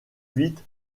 vite